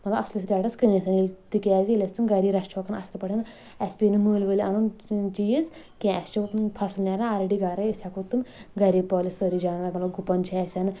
مطلب اَصٕلِس ریٹس کٔنِتھ تِکیٚازِ ییلہِ اسہِ تِم گری رَچھہٕ ہوکھ اَصٕل پٲٹھۍ اَسہِ پٚیٚیہِ نہٕ مٔلۍ ؤلۍ اَنُن چیٖز کیٚنٛہہ اَسہِ چھُ فصٕل نیٚران آلریٚڑی گرے أسۍ ہٮ۪کو تِم گری پٲلِتھ سٲری جانور مطلب گُپن چھِ اَسہِ